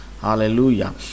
Hallelujah